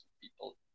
people